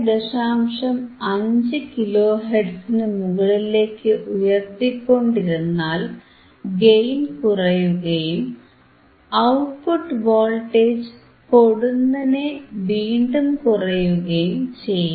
5 kilo ഹെർട്സിനു മുകളിലേക്ക് ഉയർത്തിക്കൊണ്ടിരുന്നാൽ ഗെയിൻ കുറയുകയും ഔട്ട്പുട്ട് വോൾട്ടേജ് പൊടുന്നനെ വീണ്ടും കുറയുകയും ചെയ്യും